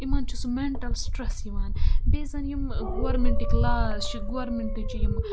یِمَن چھُ سُہ مٮ۪نٹَل سٹرٛٮ۪س یِوان بیٚیہِ زَن یِم گورمٮ۪نٛٹٕکۍ لاز چھِ گورمٮ۪نٛٹٕچ یِم